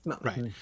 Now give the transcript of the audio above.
Right